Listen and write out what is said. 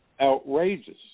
Outrageous